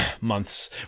months